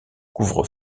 couvre